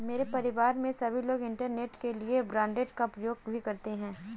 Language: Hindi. मेरे परिवार में सभी लोग इंटरनेट के लिए ब्रॉडबैंड का भी प्रयोग करते हैं